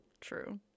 True